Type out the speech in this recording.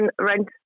rent